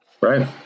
Right